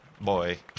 boy